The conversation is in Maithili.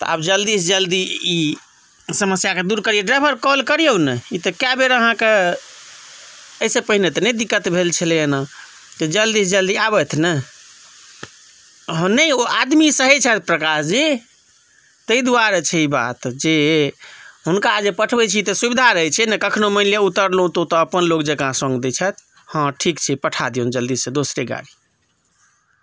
आ ई कम्पनी आहाँके हमरा सब लग तऽ बहुत लोकके परिचय छै ने यौ बहुतो लोकके परिचय छै ने तऽ आब जल्दीसँ जल्दी ई समस्या के दूर करियौ ड्राइवर के कॉल करियौ ने ई तऽ कय बेर आहाँकेँ एहिसँ पहिने तऽ नहि दिक्कत भेल छलै एना तऽ जल्दीसँ जल्दी आबथि ने